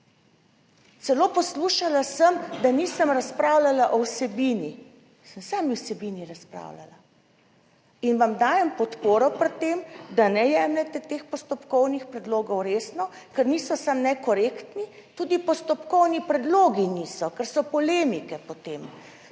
Celo poslušala sem, da nisem razpravljala o vsebini, sem samo o vsebini razpravljala. In vam dajem podporo pri tem, da ne jemljete teh postopkovnih predlogov resno, ker niso samo nekorektni, tudi postopkovni predlogi niso, ker so polemike po tem,